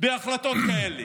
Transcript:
בהחלטות כאלה.